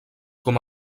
com